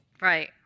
Right